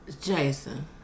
Jason